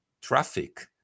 traffic